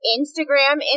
instagram